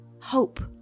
Hope